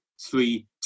three